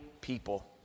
people